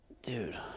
Dude